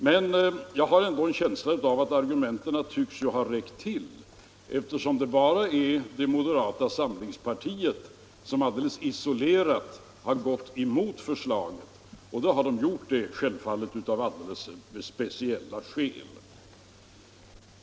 Men jag har ändå en känsla av att argumenten har räckt till, eftersom moderata samlingspartiet alldeles isolerat har gått emot förslaget. Det har partiet självfallet gjort av alldeles speciella skäl.